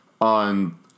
on